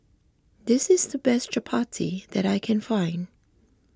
this is the best Chapati that I can find